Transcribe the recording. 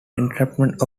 entrapment